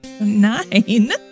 Nine